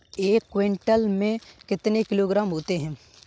एक क्विंटल में कितने किलोग्राम होते हैं?